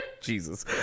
Jesus